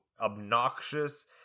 obnoxious